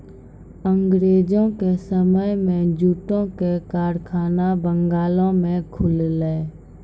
अंगरेजो के समय मे जूटो के कारखाना बंगालो मे खुललै